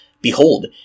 Behold